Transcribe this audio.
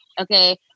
Okay